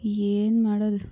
ಏನು ಮಾಡೋದು